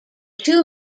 two